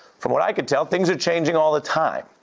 from what i can tell, things are changing all the time.